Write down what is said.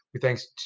thanks